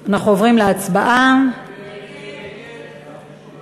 אנחנו נעבור להסתייגות הבאה, מס' 2,